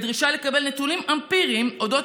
בדרישה לקבל נתונים אמפיריים על אודות